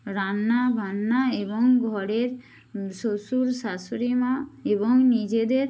রান্না বান্না এবং ঘরের শ্বশুর শাশুড়ি মা এবং নিজেদের